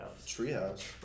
Treehouse